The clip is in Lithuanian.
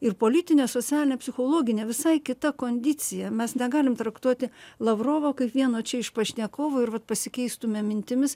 ir politinė socialinė psichologinė visai kita kondicija mes negalim traktuoti lavrovo kaip vieno čia iš pašnekovų ir vat pasikeistume mintimis